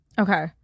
Okay